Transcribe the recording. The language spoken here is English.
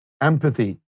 empathy